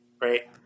Right